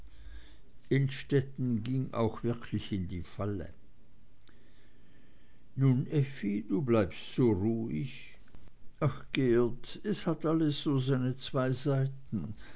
innstetten ging auch wirklich in die falle nun effi du bleibst so ruhig ach geert es hat alles so seine zwei seiten